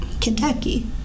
kentucky